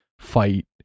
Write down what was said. fight